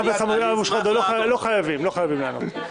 חבר הכנסת אבו שחאדה, לא חייבים לענות.